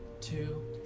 two